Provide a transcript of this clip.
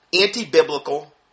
anti-biblical